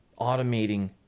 automating